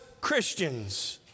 Christians